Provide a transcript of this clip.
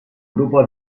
grupo